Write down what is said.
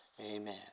Amen